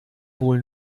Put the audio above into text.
wohl